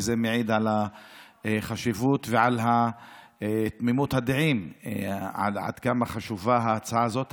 וזה מעיד על החשיבות ועל תמימות הדעים עד כמה חשובה ההצעה הזו.